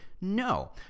No